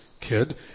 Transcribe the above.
kid